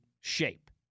shape